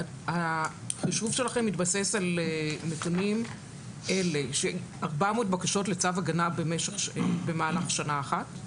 החישוב שלכם מתבסס נתונים של 400 בקשות לצו הגנה במהלך שנה אחת?